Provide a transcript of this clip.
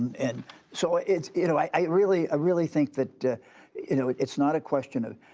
and so it's you know i i really ah really think that you know it's not a question of